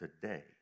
today